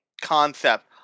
concept